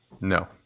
No